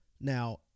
Now